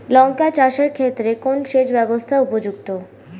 লঙ্কা চাষের ক্ষেত্রে কোন সেচব্যবস্থা উপযুক্ত?